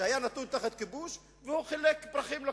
שהיה נתון תחת כיבוש והוא חילק פרחים לכובש.